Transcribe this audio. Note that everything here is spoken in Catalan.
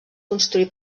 construí